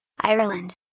Ireland